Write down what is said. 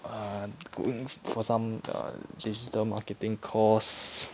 err going for some err digital marketing course